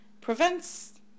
prevents